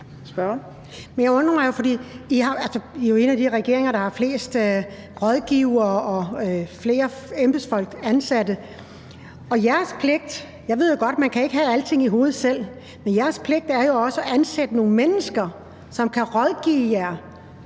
Jeg undrer mig, for I er jo en af de regeringer, der har flest rådgivere og embedsfolk ansat, og jeg ved godt, at man ikke kan have alting i hovedet selv, men jeres pligt er jo også at ansætte nogle mennesker, som kan rådgive jer